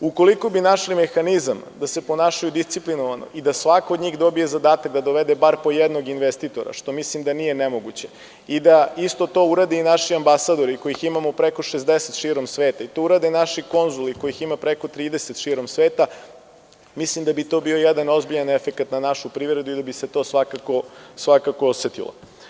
Ukoliko bi našli mehanizam da se ponašamo disciplinovano, da svako od njih dobije zadatak da dovede bar po jednog investitora, što mislim da nije nemoguće i da isto to urade naši ambasadori kojih imamo preko 60 širom sveta i to urade naši konzuli kojih ima preko 30 širom sveta, mislim da bi to bio jedan ozbiljan efekat na našu privredu ili bi se to svakako osetilo.